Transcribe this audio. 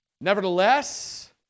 Nevertheless